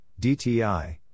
DTI